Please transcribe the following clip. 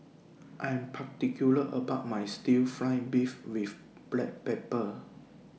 I Am particular about My Stir Fry Beef with Black Pepper